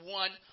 one